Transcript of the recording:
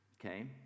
Okay